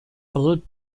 blood